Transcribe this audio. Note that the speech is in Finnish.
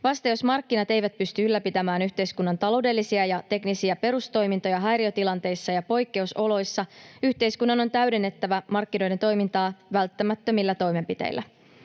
Vasta jos markkinat eivät pysty ylläpitämään yhteiskunnan taloudellisia ja teknisiä perustoimintoja häiriötilanteissa ja poikkeusoloissa, yhteiskunnan on täydennettävä markkinoiden toimintaa välttämättömillä toimenpiteillä.